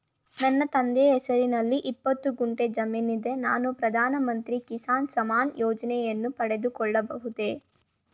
ನನ್ನ ತಂದೆಯ ಹೆಸರಿನಲ್ಲಿ ಇಪ್ಪತ್ತು ಗುಂಟೆ ಜಮೀನಿದೆ ನಾನು ಪ್ರಧಾನ ಮಂತ್ರಿ ಕಿಸಾನ್ ಸಮ್ಮಾನ್ ಯೋಜನೆಯನ್ನು ಪಡೆದುಕೊಳ್ಳಬಹುದೇ?